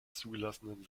zugelassenen